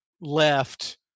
left